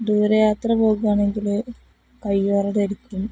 ദൂരെ യാത്ര പോവുകയാണെങ്കില് കയ്യുറ ധരിക്കും